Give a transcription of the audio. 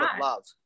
love